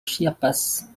chiapas